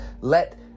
Let